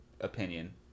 opinion